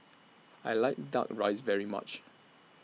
I like Duck Rice very much